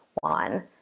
one